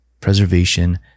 preservation